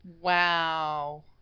Wow